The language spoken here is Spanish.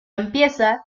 empieza